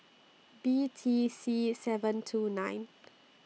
B T C seven two nine